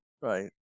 right